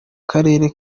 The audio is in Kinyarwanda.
karere